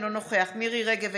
אינו נוכח מירי מרים רגב,